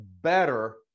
better